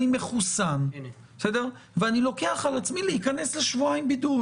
אני מחוסן ואני לוקח על עצמי להיכנס לשבועיים בידוד,